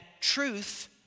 truth